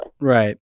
Right